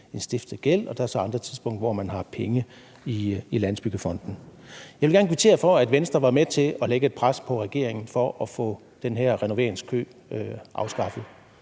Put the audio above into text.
stiftet en gæld; der er så andre tidspunkter, hvor man har penge i Landsbyggefonden. Jeg vil gerne kvittere for, at Venstre var med til at lægge et pres på regeringen for at få den her renoveringskø afskaffet,